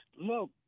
look